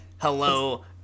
Hello